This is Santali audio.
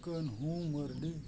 ᱠᱟᱹᱱᱦᱩ ᱢᱟᱨᱰᱤ